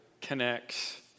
connects